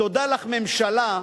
תודה לך, ממשלה,